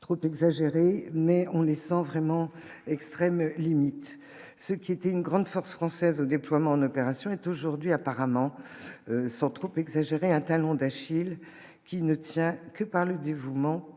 trop exagéré mais on les sent vraiment extrêmes limites, ce qui était une grande force française au déploiement en opération est aujourd'hui, apparemment sans trop exagérer un talon d'Achille qui ne tient que par le dévouement